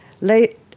Late